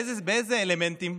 באיזה אלמנטים?